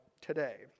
today